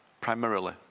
Primarily